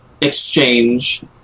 exchange